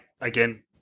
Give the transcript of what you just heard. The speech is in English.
again